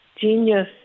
genius